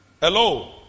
hello